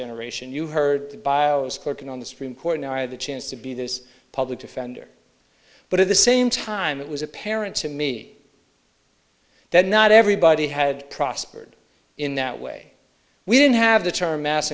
generation you heard by i was clerking on the supreme court i had the chance to be this public defender but at the same time it was apparent to me that not everybody had prospered in that way we didn't have the term mass